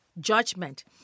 judgment